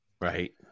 Right